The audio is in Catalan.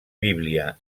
bíblia